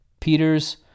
Peter's